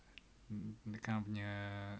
mm dia kan punya